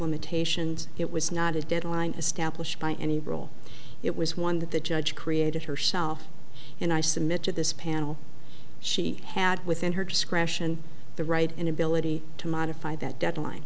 limitations it was not a deadline established by any role it was one that the judge created herself and i submitted this panel she had within her discretion the right inability to modify that deadline